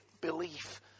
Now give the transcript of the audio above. belief